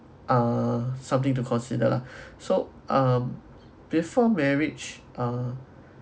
uh something to consider lah so um before marriage uh